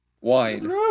Wine